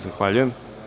Zahvaljujem.